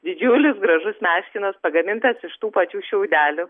didžiulis gražus meškinas pagamintas iš tų pačių šiaudelių